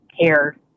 care